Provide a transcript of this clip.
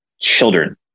children